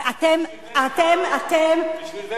בשביל זה